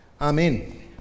amen